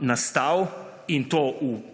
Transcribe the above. nastal in to v